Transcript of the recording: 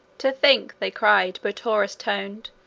to think, they cried, botaurus-toned,